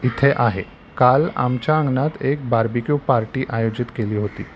इथे आहे काल आमच्या अंगणात एक बार्बेक्यू पार्टी आयोजित केली होती